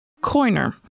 Coiner